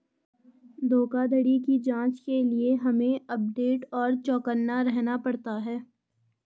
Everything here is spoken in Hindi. धोखाधड़ी की जांच के लिए हमे अपडेट और चौकन्ना रहना पड़ता है